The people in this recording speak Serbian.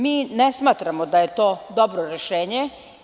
Mi ne smatramo da je to dobro rešenje.